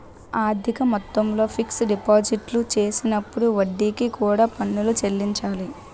అధిక మొత్తంలో ఫిక్స్ డిపాజిట్లు చేసినప్పుడు వడ్డీకి కూడా పన్నులు చెల్లించాలి